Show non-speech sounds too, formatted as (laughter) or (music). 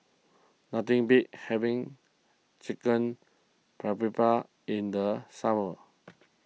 nothing beats having Chicken (unintelligible) in the summer